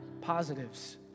positives